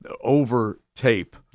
over-tape